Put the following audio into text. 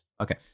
Okay